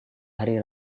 hari